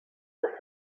were